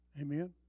Amen